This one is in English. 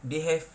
they have